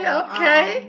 okay